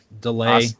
delay